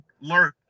learn